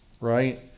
right